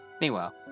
Meanwhile